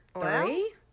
Three